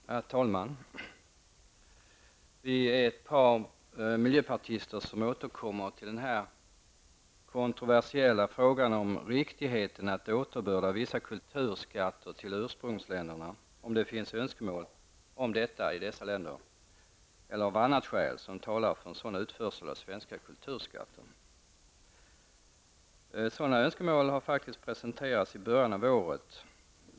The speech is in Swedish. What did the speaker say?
Herr talman! Vi är ett par miljöpartister som återkommer till den kontroversiella frågan om riktigheten av att återbörda vissa kulturskatter till ursprungsländerna om det finns önskemål om detta i dessa länder, eller om det finns andra skäl som talar för en sådan utförsel av svenska kulturskatter. Sådana önskemål har faktiskt presenterats i början av året.